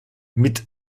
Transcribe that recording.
mit